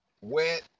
wet